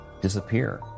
disappear